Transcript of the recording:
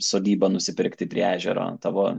sodybą nusipirkti prie ežero tavo